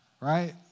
right